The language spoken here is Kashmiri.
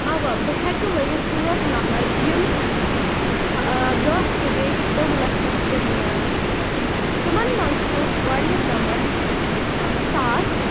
اَوا بہٕ ہٮ۪کہٕ ؤنِتھ پانٛژ نمبر یِم دَہ تہٕ بیٚیہِ دَہ لَچھَن درمیان چھِ یِوان تِمَن منٛز چھُ گۄڈٕنیُک نمبر ساس